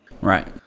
Right